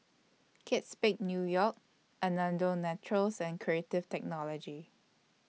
Kate Spade New York Naturals and Creative Technology